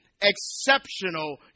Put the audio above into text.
exceptional